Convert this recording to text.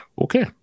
Okay